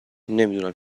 نمیدونم